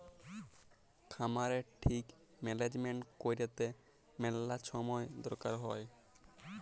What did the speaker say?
খামারের ঠিক ম্যালেজমেল্ট ক্যইরতে ম্যালা ছময় দরকার হ্যয়